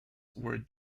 were